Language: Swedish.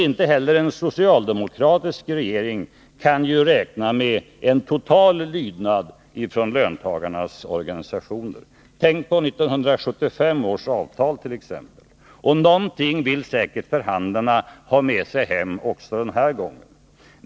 Inte heller en socialdemokratisk regering kan ju räkna med en total lydnad från löntagarnas organisationer. Tänk på 1975 års avtal! Något vill säkert förhandlarna ha med sig hem också denna gång.